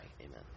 Amen